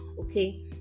okay